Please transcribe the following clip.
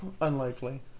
Unlikely